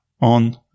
on